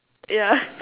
yeah